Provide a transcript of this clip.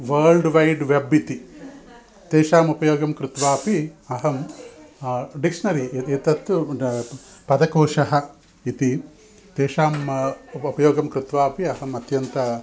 world wide web इति तेषाम् उपयोगं कृत्वा अपि अहं डिक्षनरी यद् यद् तत्तु ड पदकोशः इति तेषाम् उ उपयोगं कृत्वा अपि अहम् अत्यन्तं